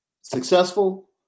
successful